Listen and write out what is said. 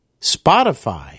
Spotify